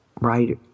writer